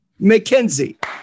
McKenzie